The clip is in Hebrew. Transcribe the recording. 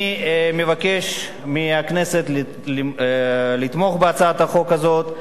אני מבקש מהכנסת לתמוך בהצעת החוק הזאת,